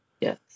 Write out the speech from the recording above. Yes